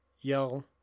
yell